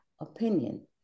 opinion